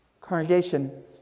congregation